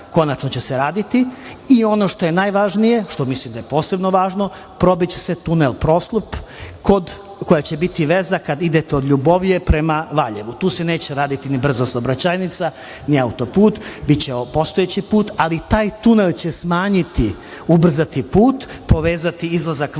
konačno će se raditi. Ono što je najvažnije, što mislim da je posebno važno, probiće se tunel Proslop koji će biti veza kada idete od Ljubovije prema Valjevu. Tu se neće raditi ni brza saobraćajnica, ni autoput, biće postojeći put ali taj tunel će smanjiti, ubrzati put, povezati izlazak Valjeva